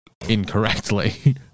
incorrectly